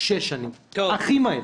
סתם נגיד שש שנים, הכי מהר.